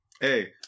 Hey